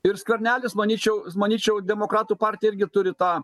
ir skvernelis manyčiau manyčiau demokratų partija irgi turi tą